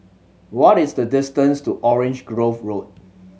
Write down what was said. what is the distance to Orange Grove Road